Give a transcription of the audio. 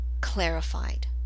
clarified